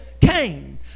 came